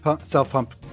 self-pump